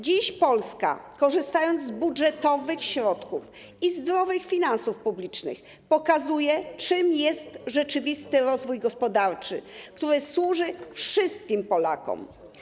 Dziś Polska, korzystając ze środków budżetowych i zdrowych finansów publicznych, pokazuje, czym jest rzeczywisty rozwój gospodarczy, który służy wszystkim Polakom.